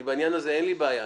בעניין הזה אין לי בעיה.